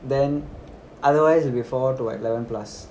then otherwise before to [what] eleven plus